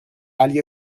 ali